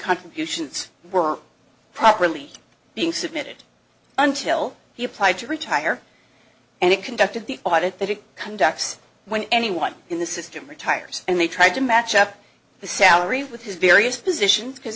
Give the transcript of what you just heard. contributions were properly being submitted until he applied to retire and it conducted the audit that it conducts when anyone in the system retires and they tried to match up the salary with his various positions because